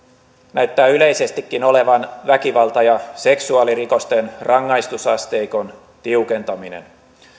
näyttää yleisestikin olevan väkivalta ja seksuaalirikosten rangaistusasteikon tiukentaminen